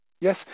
yes